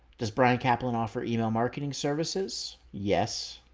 does bryan caplan offer email marketing services? yes.